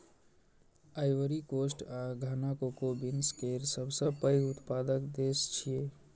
Ivory Coast आ Ghana cocoa beans केर सबसं पैघ उत्पादक देश छियै